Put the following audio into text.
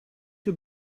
you